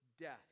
death